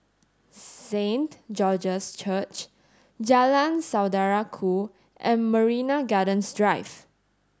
Saint George's Church Jalan Saudara Ku and Marina Gardens Drive